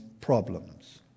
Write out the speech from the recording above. problems